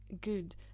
good